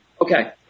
Okay